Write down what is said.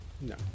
No